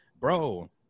bro